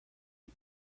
und